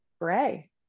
gray